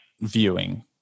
viewing